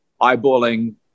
eyeballing